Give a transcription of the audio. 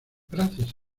gracias